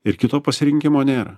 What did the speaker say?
ir kito pasirinkimo nėra